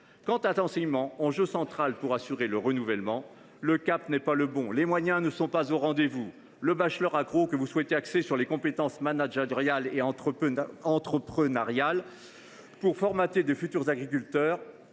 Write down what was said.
l’enseignement, enjeu central pour assurer le renouvellement, le cap n’est pas le bon et les moyens ne sont pas au rendez vous. Le bachelor agro que vous souhaitez axer sur les compétences managériales et entrepreneuriales pour formater de futurs agriculteurs